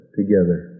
together